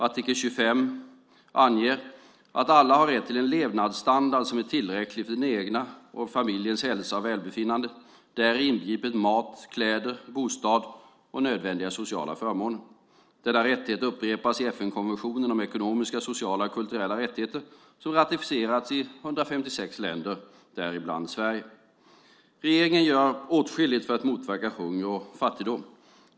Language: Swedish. Artikel 25 anger att alla har rätt till en levnadsstandard som är tillräcklig för den egna och familjens hälsa och välbefinnande, däri inbegripet mat, kläder, bostad och nödvändiga sociala förmåner. Denna rättighet upprepas i FN-konventionen om ekonomiska, sociala och kulturella rättigheter som ratificerats av 156 länder, däribland Sverige. Regeringen gör åtskilligt för att motverka hunger och fattigdom.